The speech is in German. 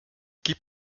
gib